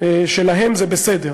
שלהם זה בסדר,